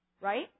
right